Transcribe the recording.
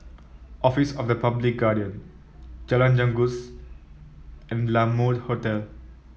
office of the Public Guardian Jalan Janggus and La Mode Hotel